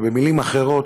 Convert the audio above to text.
במילים אחרות,